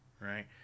right